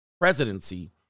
presidency